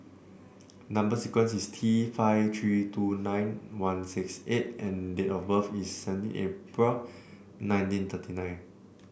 number sequence is T five three two nine one six eight and date of birth is seventeen April nineteen thirty nine